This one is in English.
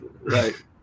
right